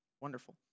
wonderful